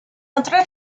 otras